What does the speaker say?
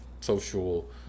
social